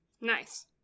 Nice